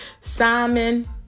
Simon